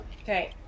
Okay